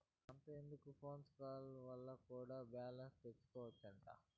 అంతెందుకు phone call వల్ల కూడా బాలెన్స్ తెల్సికోవచ్చట